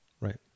Right